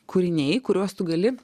kūriniai kuriuos tu gali